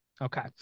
Okay